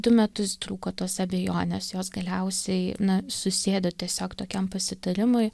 du metus truko tos abejonės jos galiausiai na susėdo tiesiog tokiam pasitarimui